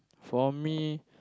for me